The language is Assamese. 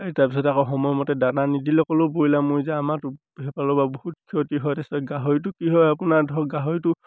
তাৰপিছত আকৌ সময়মতে দানা নিদিলে ক'লেও ব্ৰইলাৰ মৰি যায় আমাৰটো সেই ফালৰপৰাও বহুত ক্ষতি হয় তাৰপিছতে গাহৰিটো কি হয় আপোনাৰ ধৰক গাহৰিটো